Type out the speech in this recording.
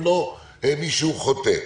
ולא מישהו חוטא.